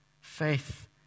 faith